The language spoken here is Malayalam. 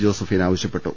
ജോസഫൈൻ ആവശ്യപ്പെട്ടു